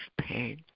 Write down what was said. pain